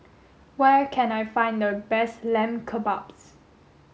where can I find the best Lamb Kebabs